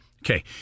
Okay